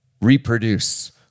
reproduce